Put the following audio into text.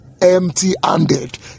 Empty-handed